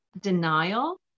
denial